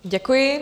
Děkuji.